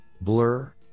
blur